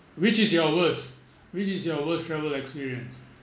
which is your worst which is your worst travel experience